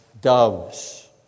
doves